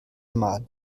mal